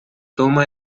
toma